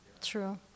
true